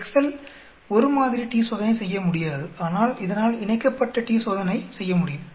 Excel ஒரு மாதிரி t சோதனை செய்யமுடியாது ஆனால் இதனால் இணைக்கப்பட்ட t சோதனை செய்யமுடியும்